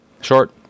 Short